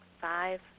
Five